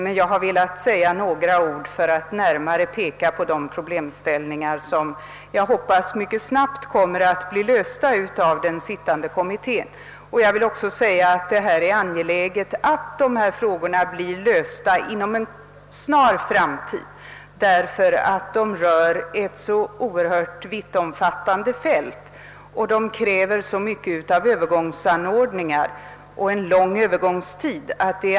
Men jag har velat peka på de problemställningar som jag hoppas snabbt kommer att lösas av pensionsförsäkringskommittén. Det är angeläget att en lösning nås inom en snar framtid, ty problemen är vittomfattande och det krävs mycket av övergångsanordningar och en lång övergångstid.